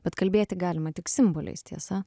bet kalbėti galima tik simboliais tiesa